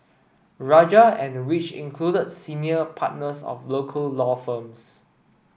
rajah and which included senior partners of local law firms